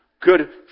Good